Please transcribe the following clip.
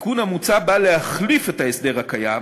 התיקון המוצע בא להחליף את ההסדר הקיים,